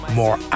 more